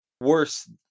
worse